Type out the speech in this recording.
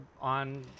on